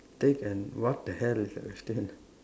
take and what the hell is that question